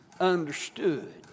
understood